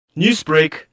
Newsbreak